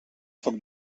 foc